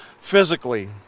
physically